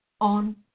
on